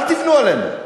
אל תבנו עלינו,